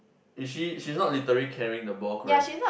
is she she's not literally carrying the ball correct